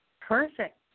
Perfect